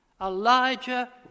Elijah